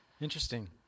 Interesting